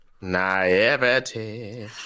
Naivety